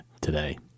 today